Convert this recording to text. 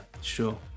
sure